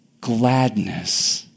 gladness